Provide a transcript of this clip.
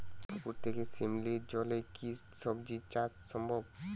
পুকুর থেকে শিমলির জলে কি সবজি চাষ সম্ভব?